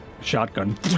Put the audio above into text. shotgun